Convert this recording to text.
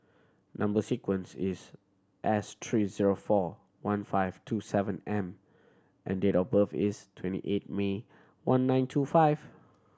number sequence is S three zero four one five two seven M and date of birth is twenty eight May one nine two five